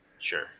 Sure